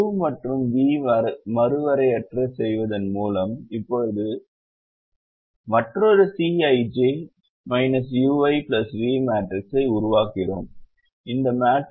u மற்றும் v மறுவரையறை செய்வதன் மூலம் இப்போது மற்றொரு Cij uiv மேட்ரிக்ஸை உருவாக்குகிறோம்